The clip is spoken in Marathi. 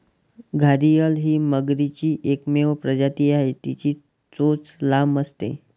घारीअल ही मगरीची एकमेव प्रजाती आहे, तिची चोच लांब असते